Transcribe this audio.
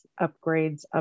upgrades